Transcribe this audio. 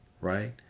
right